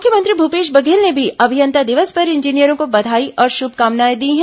मुख्यमंत्री भूपेश बघेल ने भी अभियंता दिवस पर इंजीनियरों को बधाई और शुभकामनाएं दी हैं